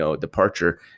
departure